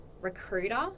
recruiter